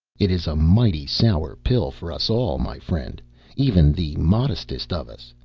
it is a mighty sour pill for us all, my friend even the modestest of us,